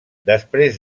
després